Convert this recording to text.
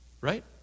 Right